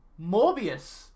Morbius